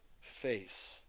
face